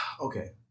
Okay